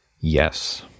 Yes